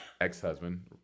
ex-husband